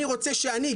אני רוצה שאני,